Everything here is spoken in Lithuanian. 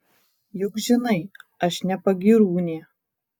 juk žinai aš ne pagyrūnė